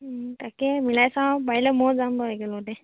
তাকে মিলাই চাওঁ পাৰিলে মই যাম বাৰু একেলগতে